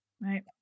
right